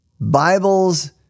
Bibles